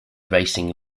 racing